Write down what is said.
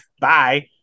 bye